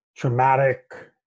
traumatic